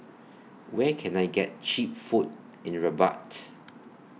Where Can I get Cheap Food in Rabat